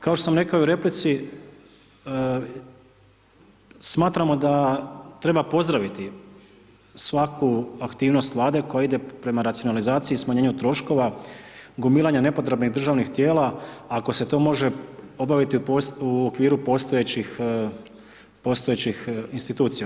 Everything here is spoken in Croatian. Kao što sam rekao i u replici, smatramo da treba pozdraviti svaku aktivnost Vlade koja ide prema racionalizaciji i smanjenju troškova, gomilanja nepotrebnih državnih tijela, ako se to može obaviti u okviru postojećih institucija.